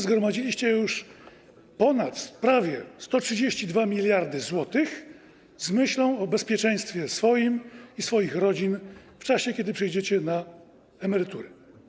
Zgromadziliście już prawie 132 mld zł z myślą o bezpieczeństwie swoim i swoich rodzin w czasie, kiedy przejdziecie na emeryturę.